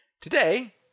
Today